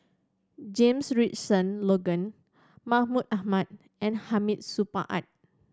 James Richardson Logan Mahmud Ahmad and Hamid Supaat